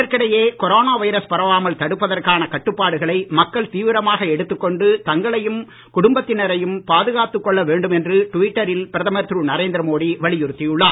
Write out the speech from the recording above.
இதற்கிடையே corona virus பரவாமல் தடுப்பதற்கான கட்டுப்பாடுகளை மக்கள் தீவிரமாக எடுத்துக் கொண்டு தங்களையும் குடும்பத்தினரையும் பாதுகாத்துக் கொள்ள வேண்டும் என்று டுவிட்டரில் பிரதமர் திரு நரேந்திர மோடி வலியுறுத்தி உள்ளார்